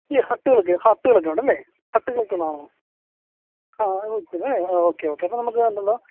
ഈ ഹട്ടുകളൊക്കെ ഹട്ടുകളൊക്കെ ഉണ്ടല്ലേ ഹട്ടുകളൊക്കെ ഉള്ളതാണോ ആ ഓക്കെ ഓക്കെ അപ്പോൾ നമുക്ക് വേണ്ടത്